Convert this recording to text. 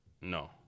No